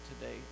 today